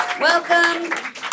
Welcome